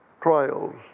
trials